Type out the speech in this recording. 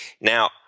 Now